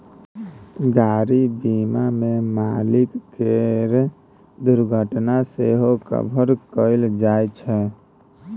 गाड़ी बीमा मे मालिक केर दुर्घटना सेहो कभर कएल जाइ छै